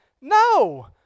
no